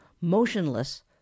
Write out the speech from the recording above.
Motionless